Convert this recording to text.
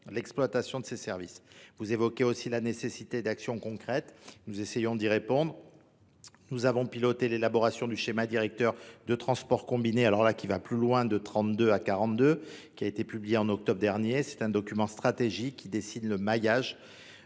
l'exploitation de ces services. Vous évoquez aussi la nécessité d'action concrète. Nous essayons d'y répondre. Nous avons piloté l'élaboration du schéma directeur de transports combinés, alors là qui va plus loin de 32 à 42, qui a été publié en octobre dernier. C'est un document stratégique qui dessine le maillage